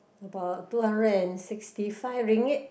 about two hundred and sixty five ringgit